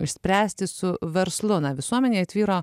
išspręsti su verslu na visuomenėje tvyro